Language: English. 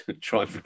Try